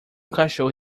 cachorro